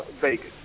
Vegas